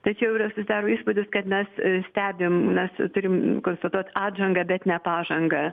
tai čia jau yra susidaro įspūdis kad mes stebim mes turim konstatuot atžangą bet ne pažangą